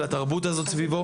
ולתרבות הזאת סביבו.